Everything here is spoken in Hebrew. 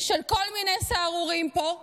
של כל מיני סהרוריים פה,